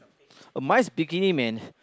uh mine's bikini man